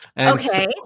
Okay